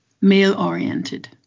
male-oriented